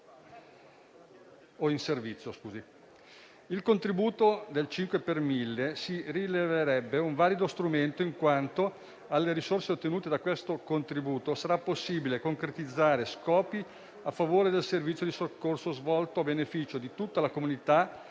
Il contributo del 5 per mille si rivelerebbe un valido strumento in quanto dalle risorse ottenute da questo contributo sarà possibile concretizzare scopi a favore del servizio di soccorso svolto a beneficio di tutta la comunità e di acquistare